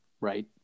right